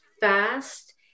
fast